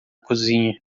cozinha